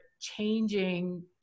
changing